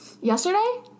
yesterday